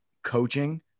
coaching